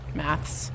maths